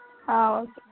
ஆ okay